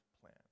plan